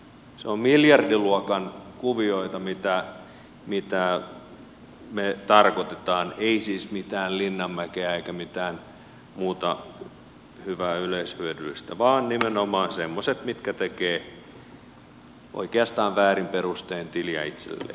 se on miljardiluokan kuvioita mitä me tarkoitamme ei siis mitään linnanmäkeä eikä mitään muuta hyvää yleishyödyllistä vaan nimenomaan semmoisia mitkä tekevät oikeastaan väärin perustein tiliä itselleen